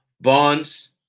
Bonds